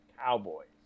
cowboys